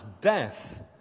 death